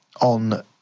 on